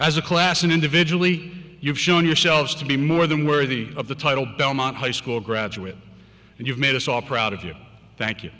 as a class and individually you've shown yourselves to be more than worthy of the title belmont high school graduate and you've made us all proud of you thank you